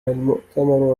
المؤتمر